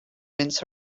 mince